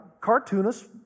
Cartoonists